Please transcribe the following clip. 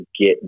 get